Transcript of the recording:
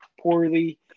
poorly